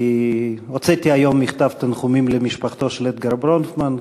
כי הוצאתי היום מכתב תנחומים למשפחתו של אדגר ברונפמן,